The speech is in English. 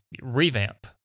revamp